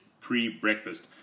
pre-breakfast